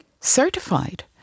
certified